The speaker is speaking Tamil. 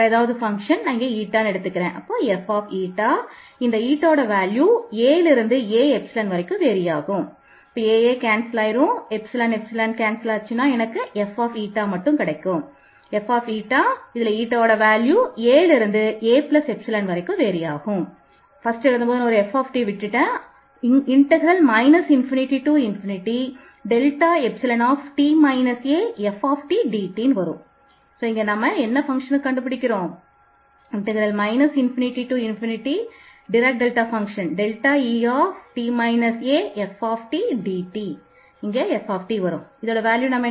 t a1 ataϵ 0 elsewhere ϵ→0 ஆக இருப்பதால் இந்த ஃபங்க்ஷனின் நிரூபிக்கலாம்